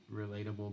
relatable